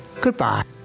goodbye